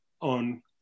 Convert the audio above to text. on